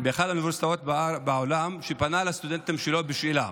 באחת האוניברסיטאות בעולם שפנה לסטודנטים שלו בשאלה.